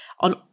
on